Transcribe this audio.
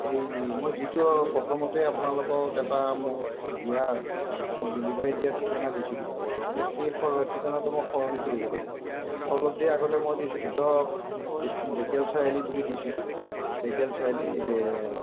এই মই যিটো প্ৰথমতে আপোনালোকক এটা মোক দিয়া মোক ডেলিভাৰী দিয়াৰ ঠিকনা দিছিলোঁ এতিয়া সেই ঠিকনাটো মই সলনি কৰিব লাগিব অলপ দেৰিৰ আগতে মই দিছিলোঁ ধৰক ঢেকীয়াল চাৰিআলি বুলি দিছিলোঁ ঢেকীয়াল চাৰিআলি